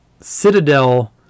Citadel